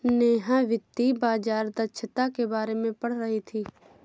नेहा वित्तीय बाजार दक्षता के बारे में पढ़ रही थी